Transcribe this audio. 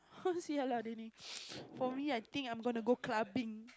see how lah for me I think I going to go clubbing